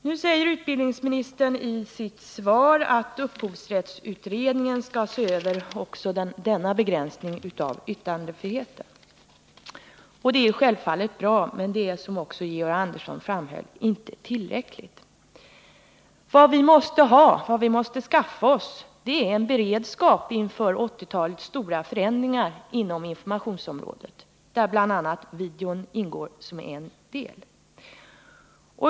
Nu säger utbildningsministern i sitt svar att upphovsrättsutredningen skall se över också frågan om åtgärder för att förhindra en begränsning av yttrandefriheten. Det är självfallet bra, men det är — vilket Georg Andersson också framhöll — inte tillräckligt. Vad vi måste skaffa oss är en beredskap inför 1980-talets stora förändringar inom informationsområdet, där bl.a. videon ingår som en del.